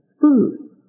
Food